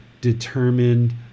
determined